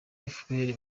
efuperi